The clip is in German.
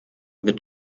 wird